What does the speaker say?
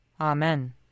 Amen